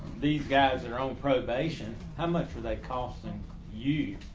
these guys are on probation. how much are they costing you?